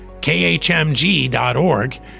khmg.org